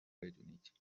بدونید